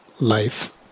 life